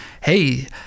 hey